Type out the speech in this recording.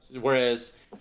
Whereas